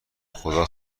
خدا